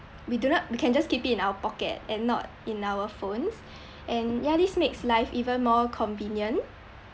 we do not we can just keep it in our pocket and not in our phones and ya this makes life even more convenient